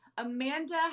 Amanda